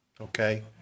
okay